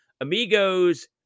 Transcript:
Amigos